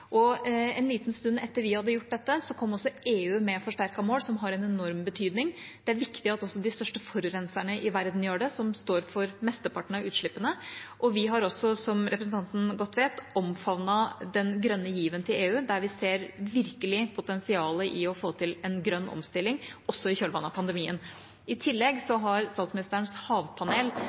En liten stund etter at vi hadde gjort dette, kom også EU med forsterkede mål, som har en enorm betydning. Det er viktig at også de største forurenserne i verden gjør det, som står for mesteparten av utslippene. Vi har også, som representanten godt vet, omfavnet den grønne given til EU, der vi ser virkelig potensialet i å få til en grønn omstilling også i kjølvannet av pandemien. I tillegg har statsministerens havpanel